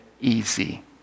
easy